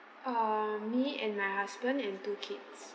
um me and my husband and two kids